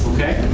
Okay